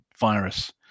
virus